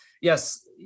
yes